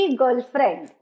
girlfriend